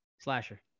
Slasher